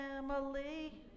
family